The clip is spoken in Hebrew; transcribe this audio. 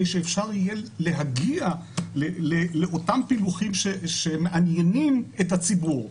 שאפשר יהיה להגיע לאותם פילוחים שמעניינים את הציבור.